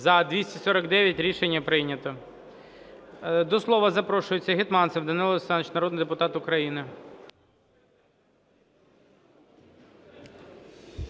За-249 Рішення прийнято. До слова запрошується Гетманцев Данило Олександрович, народний депутат України.